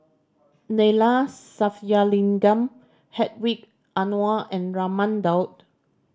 Neila Sathyalingam Hedwig Anuar and Raman Daud